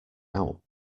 out